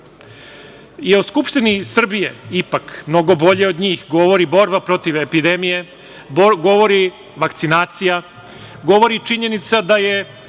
Skupštini Srbije mnogo bolje govori od njih borba protiv epidemije, govori vakcinacija, govori činjenica da je